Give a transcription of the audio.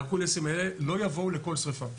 הם לא יבואו לכל שריפה.